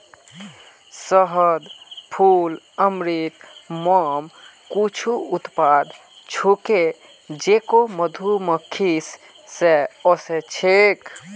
शहद, फूल अमृत, मोम कुछू उत्पाद छूके जेको मधुमक्खि स व स छेक